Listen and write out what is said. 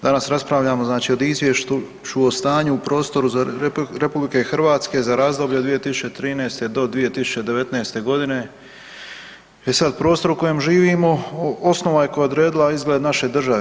Danas raspravljamo znači o izvješću o stanju u prostoru RH za razdoblje od 2013.-2019.g. E sad, prostor u kojem živimo osnova je koja je odredila izgled naše države.